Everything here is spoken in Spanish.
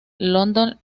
london